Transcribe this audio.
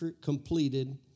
completed